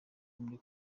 muri